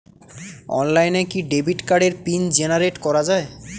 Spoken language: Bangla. অনলাইনে কি ডেবিট কার্ডের পিন জেনারেট করা যায়?